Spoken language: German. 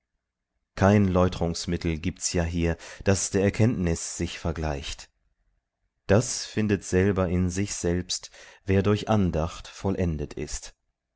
kein läutrungsmittel gibts ja hier das der erkenntnis sich vergleicht das findet selber in sich selbst wer durch andacht vollendet ist